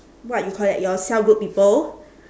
what you call that your cell group people